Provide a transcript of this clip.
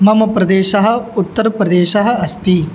मम प्रदेशः उत्तरप्रदेशः अस्ति